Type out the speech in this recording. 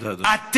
תודה רבה, אדוני.